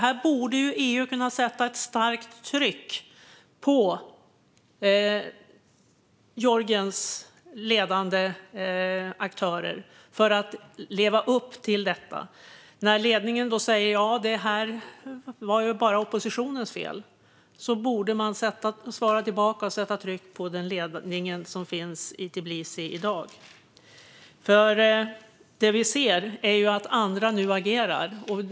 Här borde EU sätta ett starkt tryck på Georgiens ledande aktörer för att leva upp till förslaget. När ledningen då säger att det här bara var oppositionens fel borde man svara tillbaka och sätta tryck på den ledning som finns i Tbilisi i dag. För det vi ser är att andra nu agerar.